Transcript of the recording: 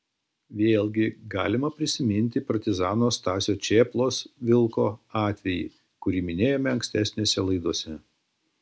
vėlgi galima prisiminti partizano stasio čėplos vilko atvejį kurį minėjome ankstesnėse laidose